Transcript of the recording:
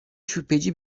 şüpheci